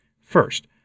first